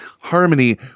harmony